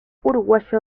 uruguayo